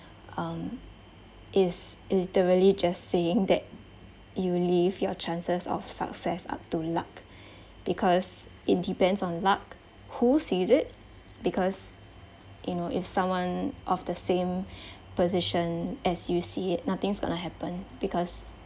um is literally just saying that you leave your chances of success up to luck because it depends on luck who sees it because you know if someone of the same position as you see it nothing's gonna happen because